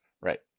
Right